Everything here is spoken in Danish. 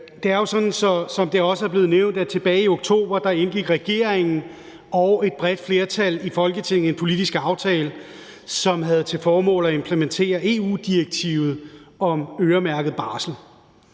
Det er jo sådan, som det også er blevet nævnt, at tilbage i oktober indgik regeringen og et bredt flertal i Folketinget en politisk aftale, som havde til formål at implementere EU-direktivet om øremærket barsel.